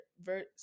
verse